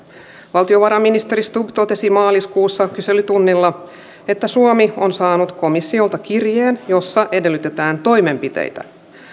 valtiovarainministeri stubb totesi maaliskuussa kyselytunnilla että suomi on saanut komissiolta kirjeen jossa edellytetään toimenpiteitä